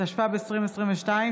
התשפ"ב 2022,